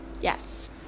Yes